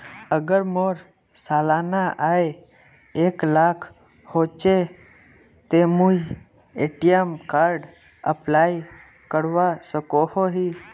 अगर मोर सालाना आय एक लाख होचे ते मुई ए.टी.एम कार्ड अप्लाई करवा सकोहो ही?